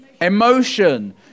Emotion